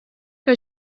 que